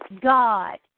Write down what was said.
God